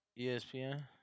ESPN